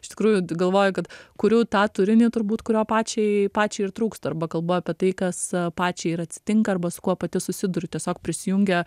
iš tikrųjų galvoju kad kuriu tą turinį turbūt kurio pačiai pačiai ir trūksta arba kalbu apie tai kas pačiai ir atsitinka arba su kuo pati susiduriu tiesiog prisijungia